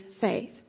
faith